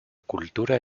cultura